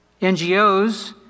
NGOs